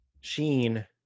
sheen